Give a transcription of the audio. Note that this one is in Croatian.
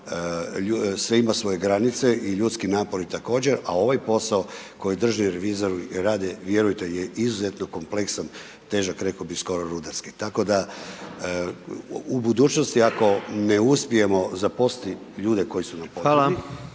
sve ima svoje granice i ljudski napori također, a ovaj posao koji drži revizor, rade, vjerujte je izuzetno kompleksan, težak, rekao bih, skoro rudarski. Tako da u budućnosti, ako ne uspijemo zaposliti ljude koji su .../Upadica: Hvala./...